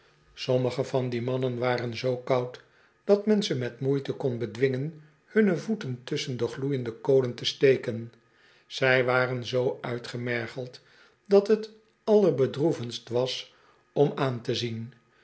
sommige van die mannen waren zoo koud dat men ze met moeite kon bedwingen hunne voeten tusschen de gloeiende kolen te steken zij waren zoo uitgemergeld dat t allerbedroevendst was om aan te zien